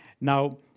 Now